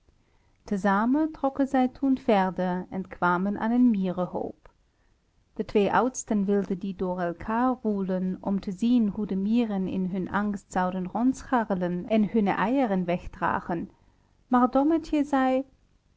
te zamen trokken zij toen verder en kwamen aan een mierenhoop de twee oudsten wilden die door elkaar woelen om te zien hoe de mieren in hun angst zouden rondscharrelen en hunne eieren wegdragen maar dommertje zei